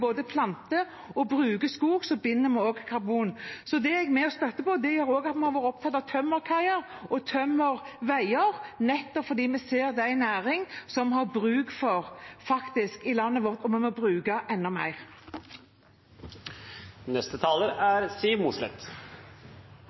både planter og bruker skog, binder vi også karbon. Det er jeg med og støtter opp om. Det gjør også at vi har vært opptatt av tømmerkaier og tømmerveier, nettopp fordi vi ser at det er en næring vi har bruk for i landet vårt, og vi må bruke enda mer.